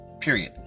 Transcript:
period